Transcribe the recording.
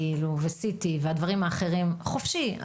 CT והדברים האחרים חופשי,